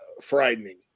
frightening